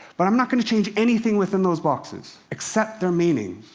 but i'm not going to change anything within those boxes, except their meaning.